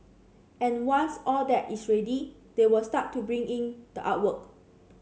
and once all that is ready they will start to bring in the artwork